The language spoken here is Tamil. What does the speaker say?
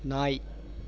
நாய்